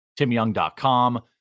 timyoung.com